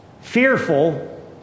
fearful